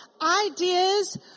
ideas